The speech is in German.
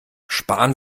sparen